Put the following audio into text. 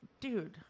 Dude